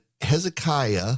Hezekiah